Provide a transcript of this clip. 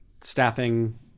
staffing